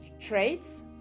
traits